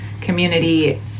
community